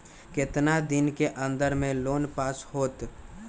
कितना दिन के अन्दर में लोन पास होत?